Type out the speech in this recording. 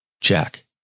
Jack